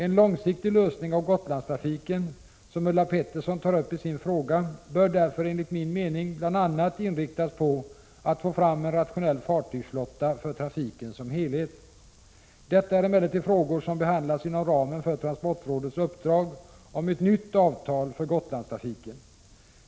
En långsiktig lösning av frågan om Gotlandstrafiken, som Ulla Pettersson tar upp i sin fråga, bör därför enligt min mening bl.a. inriktas på att få fram en rationell fartygsflotta för trafiken som helhet. Detta är emellertid frågor som behandlas inom ramen för transportrådets uppdrag om ett nytt avtal för Gotlandstrafiken.